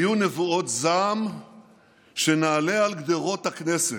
היו נבואות זעם שנעלה על גדרות הכנסת,